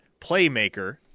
playmaker